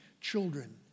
children